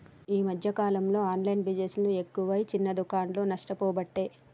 ఈ మధ్యన కాలంలో ఆన్లైన్ బిజినెస్ ఎక్కువై చిన్న దుకాండ్లు నష్టపోబట్టే